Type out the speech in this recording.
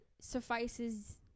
suffices –